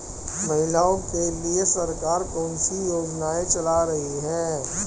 महिलाओं के लिए सरकार कौन सी योजनाएं चला रही है?